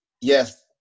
yes